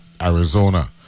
Arizona